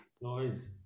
noise